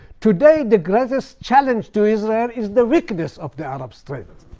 today, the greatest challenge to israel is the weakness of the arab state.